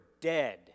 dead